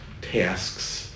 tasks